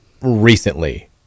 recently